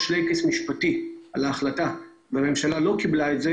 שלייקעס משפטי על ההחלטה והממשלה לא קיבלה את זה